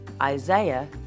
Isaiah